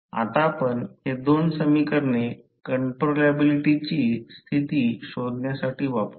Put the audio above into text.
आता आपण हे दोन समीकरणे कंट्रोलॅबिलिटीची स्थिती शोधण्यासाठी वापरू